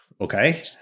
okay